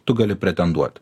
tu gali pretenduot